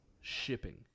shipping